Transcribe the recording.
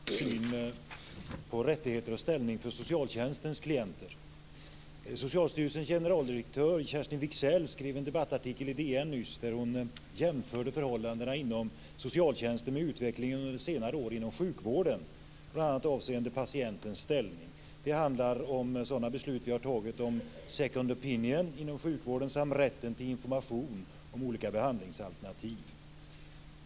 Fru talman! Jag har en fråga till socialminister Lars Engqvist, och den går in på rättigheter och ställning för socialtjänstens klienter. Socialstyrelsens generaldirektör Kerstin Wigzell skrev en debattartikel i DN nyligen där hon jämförde förhållandena inom socialtjänsten med utvecklingen under senare år inom sjukvården, bl.a. avseende patientens ställning. Det handlar om beslut som vi har fattat om second opinion inom sjukvården samt om rätten till information om olika behandlingsalternativ.